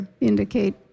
indicate